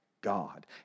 God